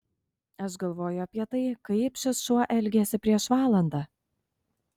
aš galvoju apie tai kaip šis šuo elgėsi prieš valandą